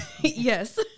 Yes